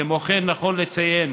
כמו כן, נכון לציין